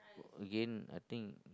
Again I think